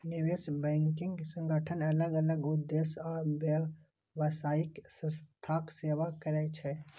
निवेश बैंकिंग संगठन अलग अलग उद्देश्य आ व्यावसायिक संस्थाक सेवा करै छै